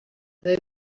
they